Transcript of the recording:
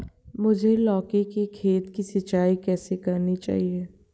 मुझे लौकी के खेत की सिंचाई कैसे करनी चाहिए?